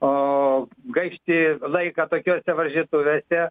o gaišti laiką tokiose varžytuvėse